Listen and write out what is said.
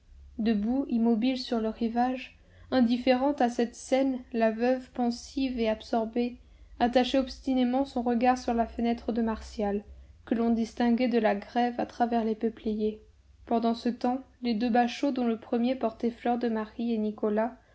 debout immobile sur le rivage indifférente à cette scène la veuve pensive et absorbée attachait obstinément son regard sur la fenêtre de martial que l'on distinguait de la grève à travers les peupliers pendant ce temps les deux bachots dont le premier portait fleur de marie et nicolas